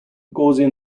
gaussian